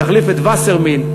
שיחליף את "וסרמיל",